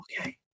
Okay